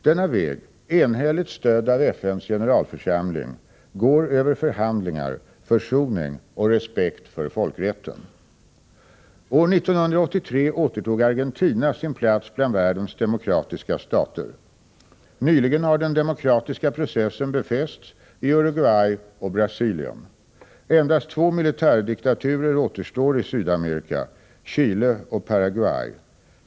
Denna väg, enhälligt stödd av FN:s generalförsamling, går över förhandlingar, försoning och respekt för folkrätten. År 1983 återtog Argentina sin plats bland världens demokratiska stater. Nyligen har den demokratiska processen befästs i Uruguay och Brasilien. Endast två militärdiktaturer återstår i Sydamerika: Chile och Paraguay.